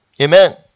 Amen